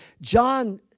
John